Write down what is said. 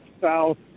south